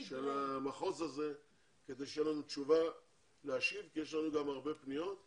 של מחוז טיגרין כדי שתהיה לנו תשובה להשיב כי יש לנו הרבה פניות.